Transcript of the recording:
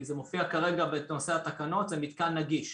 כי זה מופיע כרגע בנושא התקנות, זה מתקן נגיש.